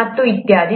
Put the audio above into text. ಮತ್ತು ಇತ್ಯಾದಿ